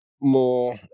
more